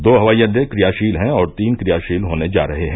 दो हवाई अड्डे क्रियाशील हैं और तीन क्रियाशील होने जा रहे हैं